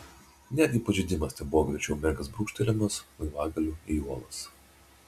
netgi pažeidimas tebuvo greičiau menkas brūkštelėjimas laivagaliu į uolas